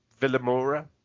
Villamora